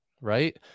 Right